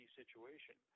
situation